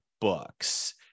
books